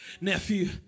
nephew